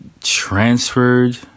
transferred